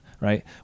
right